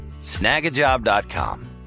Snagajob.com